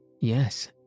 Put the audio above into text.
Yes